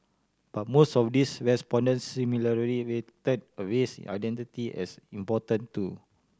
but most of these respondents similarly rated a race identity as important too